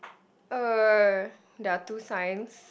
uh there are two signs